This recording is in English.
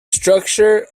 structure